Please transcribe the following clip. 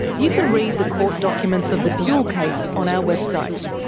you can read the court documents of the puhle case on our website.